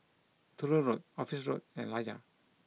Truro Road Office Road and Layar